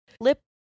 lip